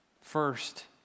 First